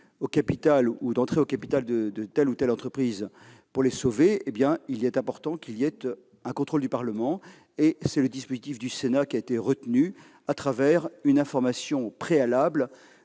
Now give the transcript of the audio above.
ou de monter au capital de telle ou telle entreprise pour la sauver, il est important qu'un contrôle du Parlement soit prévu. C'est le dispositif du Sénat qui a été retenu, je le répète, une information préalable